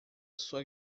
sua